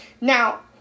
Now